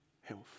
health